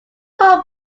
come